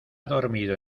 dormido